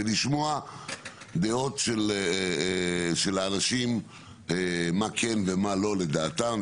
לשמוע דעות של האנשים מה כן ומה לא לדעתם,